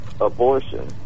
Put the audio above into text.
abortion